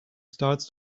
starts